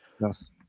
Yes